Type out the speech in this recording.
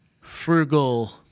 frugal